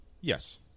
Yes